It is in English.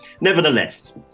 Nevertheless